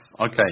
Okay